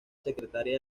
secretaría